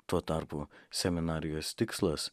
tuo tarpu seminarijos tikslas